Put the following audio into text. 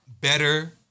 better